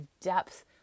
depth